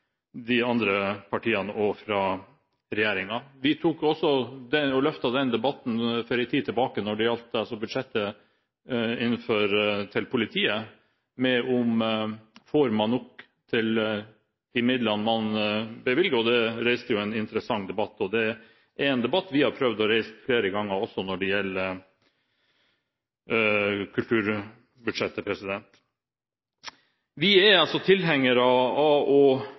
de andre partiene og fra regjeringen. Vi løftet også den debatten for en tid tilbake når det gjaldt budsjettet til politiet, om man får nok igjen for de midlene man bevilger, og det reiste jo en interessant debatt. Det er en debatt vi har prøvd å reise flere ganger også når det gjelder kulturbudsjettet. Vi er altså tilhengere av